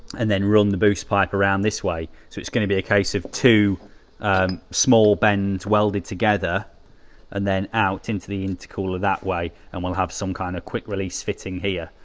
and then run the boost pipe around this way. so it's going to be a case of two small band welded together and then out into the intercooler that way and will have some kind of quick-release here.